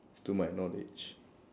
to my knowledge